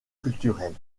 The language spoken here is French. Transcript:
culturelle